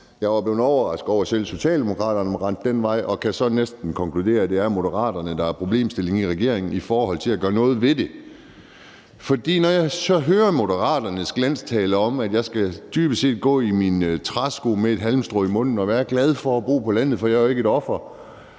Men jeg blev overrasket over, at selv Socialdemokraterne rendte den vej, og jeg kan så næsten konkludere, at det er Moderaterne, der er problemstillingen i regeringen i forhold til at gøre noget ved det. For når jeg så hører Moderaternes glanstale, altså at jeg dybest set skal gå i mine træsko med et halmstrå i munden og være glad for at bo på landet, for jeg er jo ikke et offer,